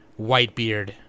Whitebeard